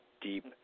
deep